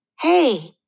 Hey